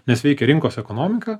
nes veikia rinkos ekonomika